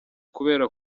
kubera